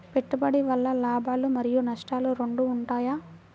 పెట్టుబడి వల్ల లాభాలు మరియు నష్టాలు రెండు ఉంటాయా?